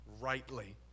rightly